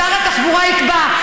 שר התחבורה יקבע.